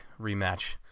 rematch